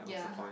yeah